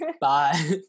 Bye